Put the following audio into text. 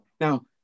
Now